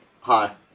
Hi